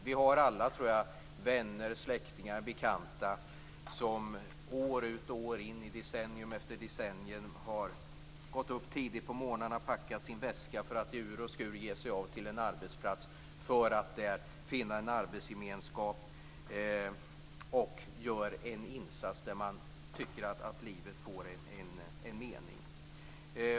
Vi har nog alla vänner, släktingar, bekanta som år ut och år in, decennium efter decennium har gått upp tidigt på morgnarna och packat sin väska för att i ur och skur ge sig av till en arbetsplats för att där finna en arbetsgemenskap och göra en insats som bidrar till att ge livet en mening.